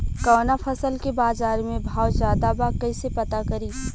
कवना फसल के बाजार में भाव ज्यादा बा कैसे पता करि?